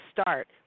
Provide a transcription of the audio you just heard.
start